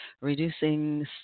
reducing